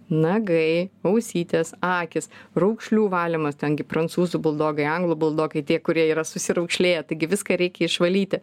nagai ausytės akys raukšlių valymas tengi prancūzų buldogai anglų buldogai tie kurie yra susiraukšlėję taigi viską reikia išvalyti